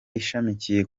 ishamikiye